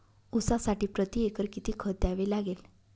ऊसासाठी प्रतिएकर किती खत द्यावे लागेल?